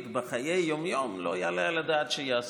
בחיי היום-יום לא יעלה על הדעת שייעשו.